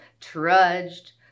trudged